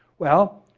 well,